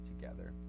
together